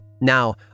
Now